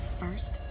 first